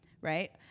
Right